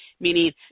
meaning